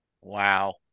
Wow